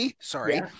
Sorry